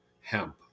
hemp